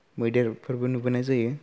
मैदेरफोरबो नुबोनाय जायो